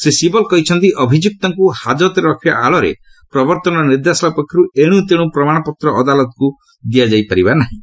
ଶ୍ରୀ ଶିବଲ କହିଛନ୍ତି ଅଭିଯୁକ୍ତଙ୍କୁ ହାଜତରେ ରଖିବା ଆଳରେ ପ୍ରବର୍ତ୍ତନ ନିର୍ଦ୍ଦେଶାଳୟ ପକ୍ଷରୁ ଏଣୁତେଣୁ ପ୍ରମାଣପତ୍ର ଅଦାଲତକୁ ଦିଆଯାଇପାରିବ ନାହିଁ